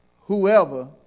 whoever